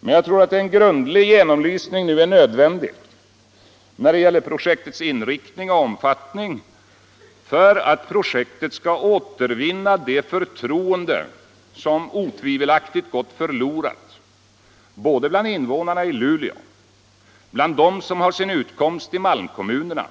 Men jag tror att en grundlig genomlysning nu är nödvändig när det gäller projektets inriktning och omfattning, om det skall kunna återvinna det förtroende som otvivelaktigt har gått förlorat bland invånarna i Luleå, bland dem som har sin utkomst i malmkommunerna,